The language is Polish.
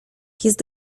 jest